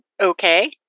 okay